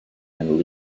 and